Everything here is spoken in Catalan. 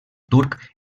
turc